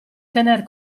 tener